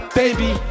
baby